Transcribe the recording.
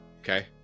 okay